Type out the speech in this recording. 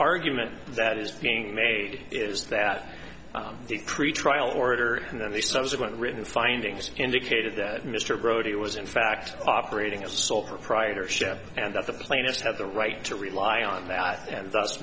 argument that is being made is that the pretrial order and then the subsequent written findings indicated that mr brody was in fact operating as a sole proprietorship and that the plaintiffs have the right to rely on that and